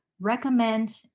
recommend